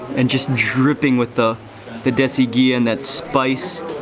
and just dripping with the the desi ghee and that spice.